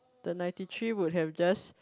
the ninety three would have just